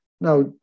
Now